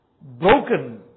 broken